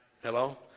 Hello